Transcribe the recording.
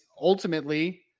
ultimately